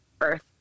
earth